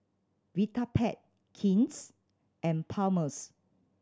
Vitapet King's and Palmer's